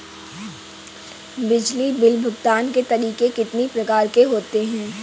बिजली बिल भुगतान के तरीके कितनी प्रकार के होते हैं?